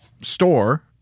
Store